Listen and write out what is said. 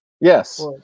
Yes